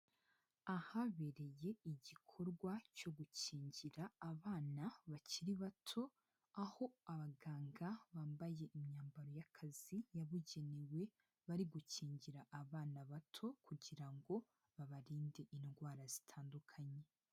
Ahabereye igikorwa cyo gukingira abana bakiri bato, aho abaganga bambaye imyambaro y'akazi yabugenewe bari gukingira abana bato kugira ngo babarinde indwara zitandukanye.